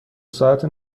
ساعت